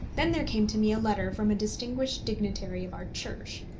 then there came to me a letter from a distinguished dignitary of our church,